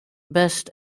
best